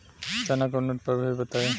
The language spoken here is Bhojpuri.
चना के उन्नत प्रभेद बताई?